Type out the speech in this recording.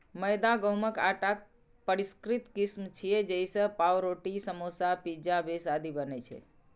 मैदा गहूंमक आटाक परिष्कृत किस्म छियै, जइसे पावरोटी, समोसा, पिज्जा बेस आदि बनै छै